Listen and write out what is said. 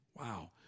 Wow